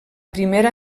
primera